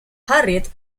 harriet